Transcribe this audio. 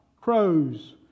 crows